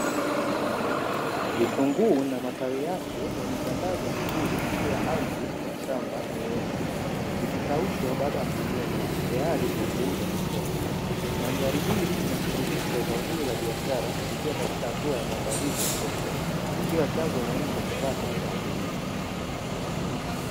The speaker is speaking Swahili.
Vitunguu na matawi yake yametandazwa vizuri, juu ya ardhi ya shamba nyeusi, vikikaushwa baada ya kuvunwa tayari kwa kuuzwa sokoni, mandhari hii inathibitisha zao hili la biashara, likiwa katika hatua ya maandalizi ya soko, ikiwa chanzo muhimu cha kipato kwa wakulima.